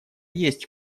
есть